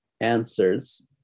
answers